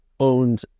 owned